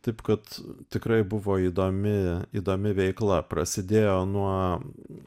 taip kad tikrai buvo įdomi įdomi veikla prasidėjo nuo